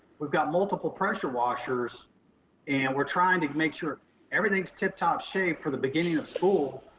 we've got multiple pressure washers and we're trying to make sure everything's tip top shape for the beginning of school.